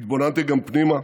התבוננתי גם פנימה.